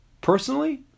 Personally